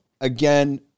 Again